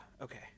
okay